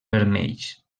vermells